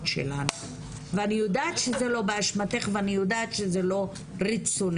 שלנו ואני יודעת שזה לא באשמתך ואני יודעת שזה לא רצונך.